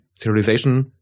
serialization